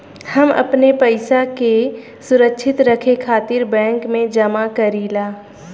हम अपने पइसा के सुरक्षित रखे खातिर बैंक में जमा करीला